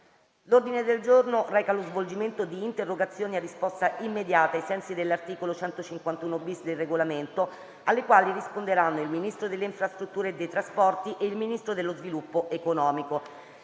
L'ordine del giorno reca lo svolgimento di interrogazioni a risposta immediata (cosiddetto *question time*), ai sensi dell'articolo 151-*bis* del Regolamento, alle quali risponderanno il Ministro delle infrastrutture e dei trasporti e il Ministro dello sviluppo economico.